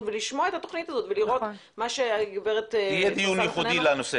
ולשמוע על התוכנית הזאת ולראות מה שהגברת --- יהיה דיון ייחודי לנושא.